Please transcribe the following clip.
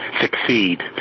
succeed